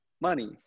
money